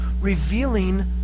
revealing